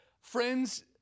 friends